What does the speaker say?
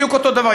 בדיוק אותו דבר.